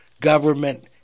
government